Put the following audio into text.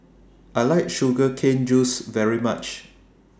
I like Sugar Cane Juice very much